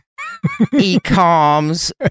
Ecom's